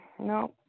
No